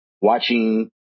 watching